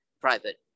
private